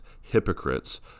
hypocrites